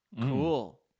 Cool